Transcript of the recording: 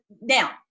now